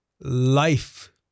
life